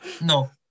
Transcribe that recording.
No